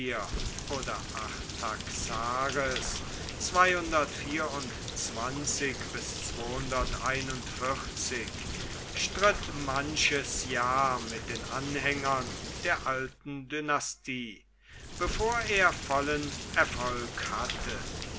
oder art taxis stritt manches jahr mit den anhängern der alten dynastie bevor er vollen erfolg hatte